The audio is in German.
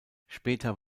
später